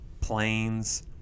planes